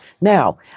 Now